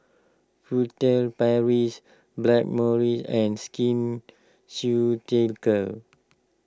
Furtere Paris Blackmores and Skin Ceuticals